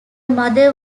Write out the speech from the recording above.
mother